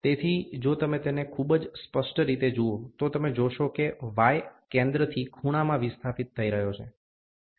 તેથી જો તમે તેને ખૂબ જ સ્પષ્ટ રીતે જુઓ તો તમે જોશો કે y કેન્દ્રથી ખૂણામાં વિસ્થાપિત થઈ રહ્યો છે